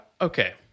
okay